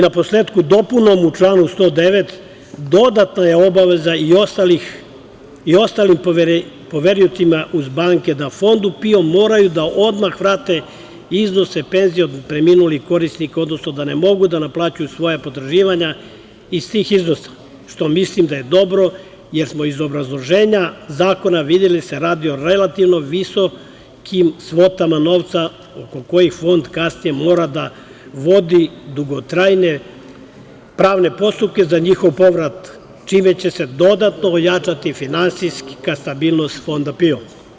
Na posletku, dopunom u članu 109. dodatno je obaveza i ostalim poveriocima, uz banke, da Fondu PIO moraju da odmah vrate iznose penzija od preminulih korisnika, odnosno da ne mogu da naplaćuju svoja potraživanja istih iznosa, što mislim da je dobro, jer smo iz obrazloženja zakona videli da se radi o relativno visokim svotama novca oko kojih Fond kasnije mora da vodi dugotrajne pravne postupke za njihov povrat, čime će se dodatno ojačati finansijska stabilnost Fonda PIO.